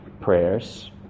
prayers